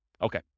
Okay